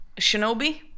Shinobi